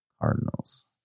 Cardinals